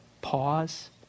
pause